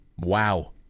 Wow